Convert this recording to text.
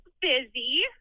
busy